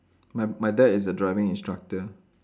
my my dad is a driving instructor